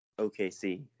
OKC